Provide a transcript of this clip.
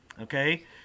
Okay